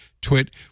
twit